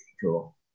cool